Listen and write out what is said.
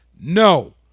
No